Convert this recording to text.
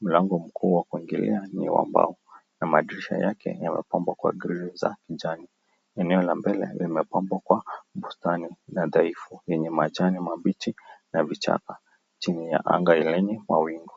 Mlango mkuu wa kuingilia ni wa mbao na madirisha yake yamepambwa kwa grili za kijani. Eneo la mbele limepambwa kwa bustani na dhaifu yenye majani mabichi na vichaka chini ya anga lenye mawingu.